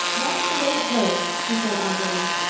that's the way it goes, she said angrily,